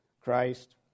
Christ